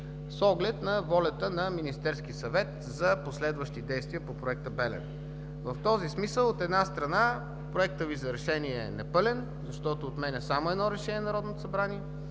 с оглед волята на Министерския съвет за последващи действия по проекта „Белене“. В този смисъл, от една страна, проектът Ви за решение е непълен, защото отменя само едно решение на Народното събрание.